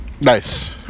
Nice